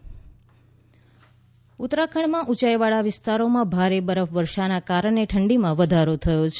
શીત લહેર ઉત્તરાખંડમાં ઉંચાઇવાળા વિસ્તારોમાં ભારે બરફવર્ષાના કારણે ઠંડીમાં વધારો થયો છે